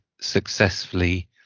successfully